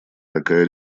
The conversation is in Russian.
такая